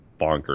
bonkers